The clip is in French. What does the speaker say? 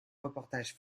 reportage